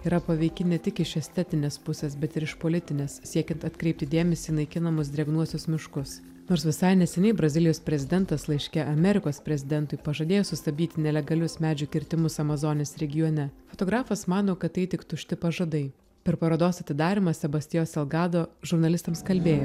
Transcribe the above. yra paveiki ne tik iš estetinės pusės bet ir iš politinės siekiant atkreipti dėmesį naikinamus drėgnuosius miškus nors visai neseniai brazilijos prezidentas laiške amerikos prezidentui pažadėjo sustabdyti nelegalius medžių kirtimus amazonės regione fotografas mano kad tai tik tušti pažadai per parodos atidarymą sebastio selgado žurnalistams kalbėjo